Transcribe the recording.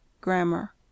Grammar